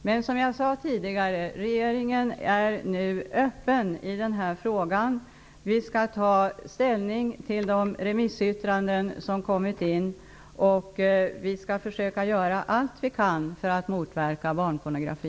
Men, som jag sade tidigare, regeringen är öppen i den här frågan. Vi skall ta ställning till de remissyttranden som kommit in, och vi skall försöka göra allt vi kan för att motverka barnpornografi.